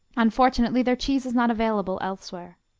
unfortunately their cheese is not available elsewhere.